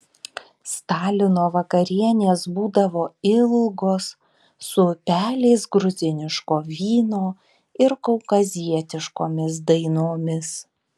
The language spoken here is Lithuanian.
stalino vakarienės būdavo ilgos su upeliais gruziniško vyno ir kaukazietiškomis dainomis